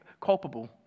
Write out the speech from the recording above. culpable